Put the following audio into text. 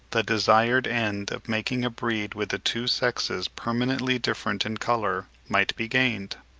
the desired end making a breed with the two sexes permanently different in colour might be gained.